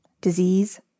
disease